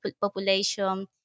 population